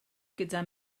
gyda